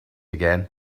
again